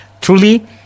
Truly